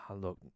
Look